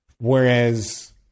whereas